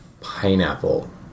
pineapple